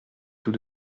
tout